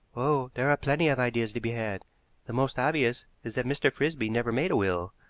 oh! there are plenty of ideas to be had the most obvious is that mr. frisby never made a will.